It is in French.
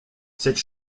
cette